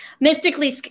Mystically